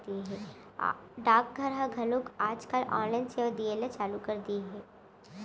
डाक घर ह घलौ आज काल ऑनलाइन सेवा दिये ल चालू कर दिये हे